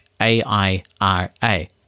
A-I-R-A